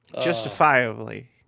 Justifiably